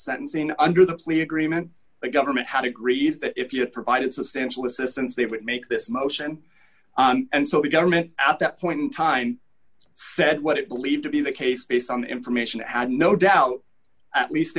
sentencing under the plea agreement the government had agreed that if you had provided substantial assistance they would make this motion and so the government at that point in time said what it believed to be the case based on the information i had no doubt at least